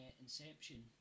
Inception